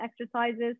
exercises